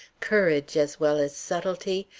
courage as well as subtlety,